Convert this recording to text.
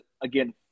again